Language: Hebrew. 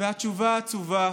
והתשובה עצובה: